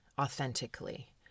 authentically